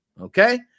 Okay